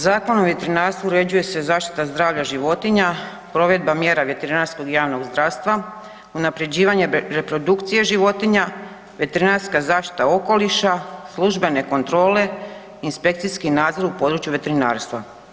Zakonom o veterinarstvu uređuje se zaštita zdravlja životinja, provedba mjera veterinarskog i javnog zdravstva, unapređivanje reprodukcije životinja, veterinarska zaštita okoliša, službene kontrole i inspekcijski nadzor u području veterinarstva.